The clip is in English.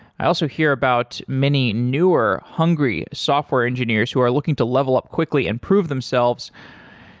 i also hear about many, newer, hungry software engineers who are looking to level up quickly and prove themselves.